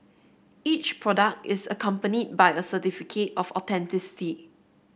each product is accompanied by a certificate of authenticity